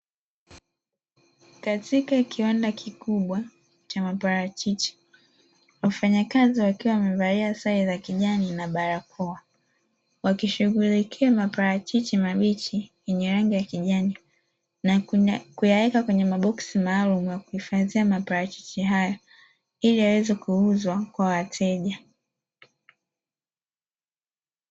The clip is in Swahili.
Katika kiwanda kikubwa cha maparachichi wafanyakazi wakiwa wamevalia sale za kijani na barakoa wakishughulikia maparachichi mabichi yenye rangi ya kijani na kuna kuyaweka kwenye maboksi maalumu ya kuhifadhia mapacha hayo ili aweze kuuzwa kwa wateja.